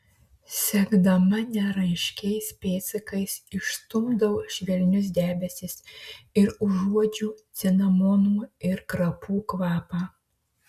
sekdama neraiškiais pėdsakais išstumdau švelnius debesis ir užuodžiu cinamonų ir krapų kvapą